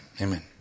Amen